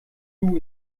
lou